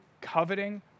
coveting